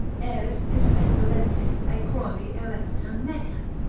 aeris vis pestilentis aequori ereptum necat,